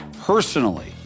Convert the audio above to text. personally